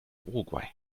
uruguay